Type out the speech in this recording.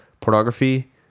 pornography